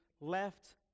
left